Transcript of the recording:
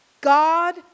God